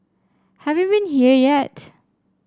have you been here yet